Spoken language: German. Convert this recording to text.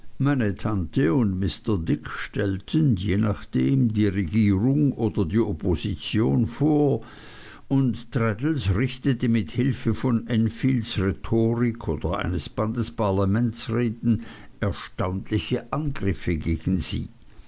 und mr dick stellten je nachdem die regierung oder die opposition vor und traddles richtete mit hilfe von enfields rhetorik oder eines bandes parlamentsreden erstaunliche angriffe gegen sie